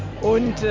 und